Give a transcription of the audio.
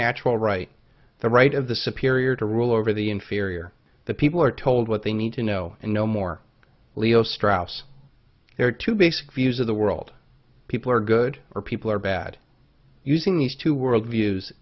natural right the right of the superior to rule over the inferior the people are told what they need to know and no more leo straus there are two basic views of the world people are good or people are bad using these two worldviews